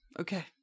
Okay